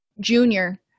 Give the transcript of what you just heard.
junior